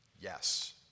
yes